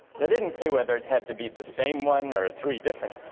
they didn't say whether it had to be the same one, or three different